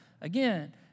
again